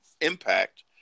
Impact